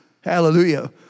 Hallelujah